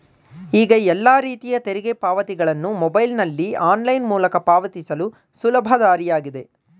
ಈಗ ಎಲ್ಲ ರೀತಿಯ ತೆರಿಗೆ ಪಾವತಿಗಳನ್ನು ಮೊಬೈಲ್ನಲ್ಲಿ ಆನ್ಲೈನ್ ಮೂಲಕ ಪಾವತಿಸಲು ಸುಲಭ ದಾರಿಯಾಗಿದೆ